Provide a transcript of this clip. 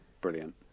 Brilliant